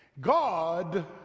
God